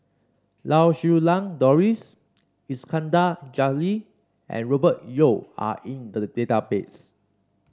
Lau Siew Lang Doris Iskandar Jalil and Robert Yeo are in the database